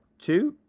two,